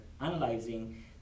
analyzing